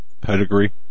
pedigree